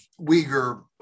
Uyghur